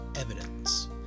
evidence